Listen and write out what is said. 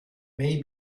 may